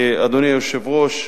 אדוני היושב-ראש,